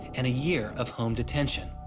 and a year of home detention,